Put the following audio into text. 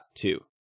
two